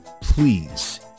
please